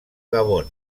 gabon